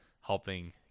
helping